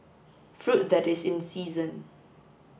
fruit that is in season